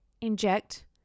inject